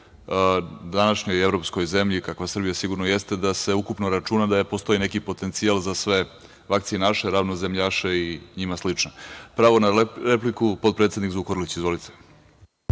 današnjoj evropskoj zemlji, kakva Srbija sigurno jeste, da se ukupno računa da postoji neki potencijal za sve vakcinaše, ravnozemljaše i njima slične. Pravo na repliku, potpredsednik Zukorlić. Izvolite.